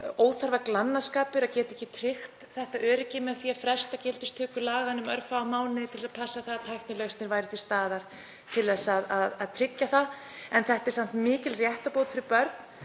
óþarfa glannaskapur að geta ekki tryggt þetta öryggi með því að fresta gildistöku laganna um örfáa mánuði til að passa að tæknilausnir séu til staðar til að tryggja það. Þetta er samt mikil réttarbót fyrir börn